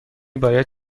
باید